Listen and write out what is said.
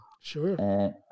Sure